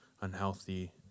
unhealthy